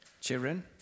Children